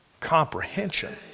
comprehension